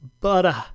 butter